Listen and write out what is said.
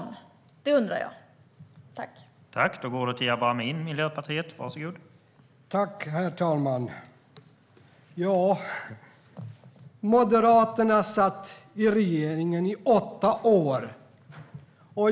Det undrar jag.